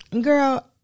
girl